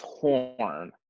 torn